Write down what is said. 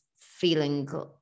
feeling